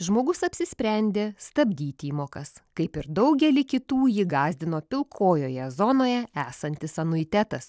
žmogus apsisprendė stabdyt įmokas kaip ir daugelį kitų jį gąsdino pilkojoje zonoje esantis anuitetas